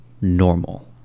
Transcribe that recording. normal